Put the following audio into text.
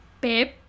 Babe